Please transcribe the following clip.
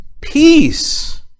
peace